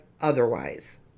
otherwise